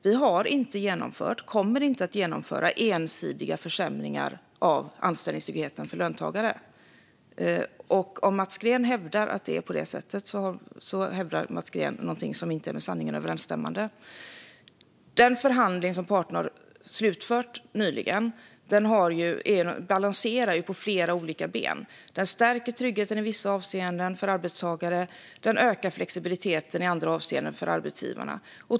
Vi har inte genomfört och kommer inte att genomföra ensidiga försämringar av anställningstryggheten för löntagare. Om Mats Green hävdar att det är på det sättet hävdar Mats Green någonting som inte är med sanningen överensstämmande. Den förhandling som parterna har slutfört nyligen balanserar ju på flera olika ben. Den stärker tryggheten för arbetstagare i vissa avseenden, och den ökar i andra avseenden flexibiliteten för arbetsgivarna.